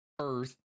Earth